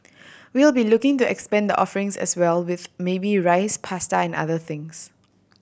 we'll be looking to expand the offerings as well with maybe rice pasta and other things